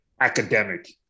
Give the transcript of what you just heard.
academic